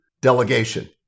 delegation